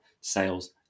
Sales